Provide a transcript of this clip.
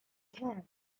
can